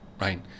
right